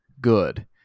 good